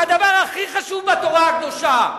מהדבר הכי חשוב בתורה הקדושה.